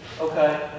okay